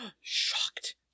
Shocked